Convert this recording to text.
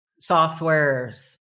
software's